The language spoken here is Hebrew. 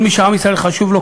כל מי שעם ישראל חשוב לו,